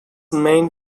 main